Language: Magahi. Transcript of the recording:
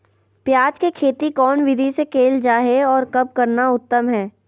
प्याज के खेती कौन विधि से कैल जा है, और कब करना उत्तम है?